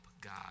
God